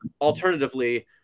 alternatively